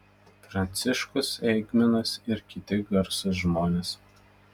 pranciškus eigminas ir kiti garsūs žmonės